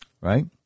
Right